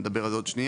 נדבר על זה עוד שניה,